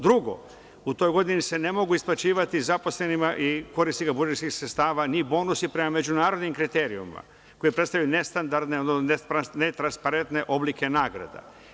Drugo, u toj godini se ne mogu isplaćivati zaposlenima i korisnicima budžetskih sredstava ni bonusi prema međunarodnim kriterijumima, koji predstavljaju nestandardne, netransparentne oblike nagrada.